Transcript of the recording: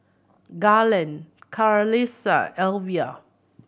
Garland Clarissa Alvia